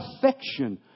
perfection